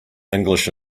english